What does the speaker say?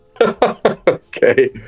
okay